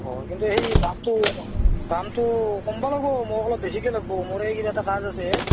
অঁ কিন্তু সেই দামটো দামটো কমাব লাগিব মোক অলপ বেছিকৈ লাগিব মোৰ এই কিবা এটা কাজ আছে হে